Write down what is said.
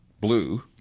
Blue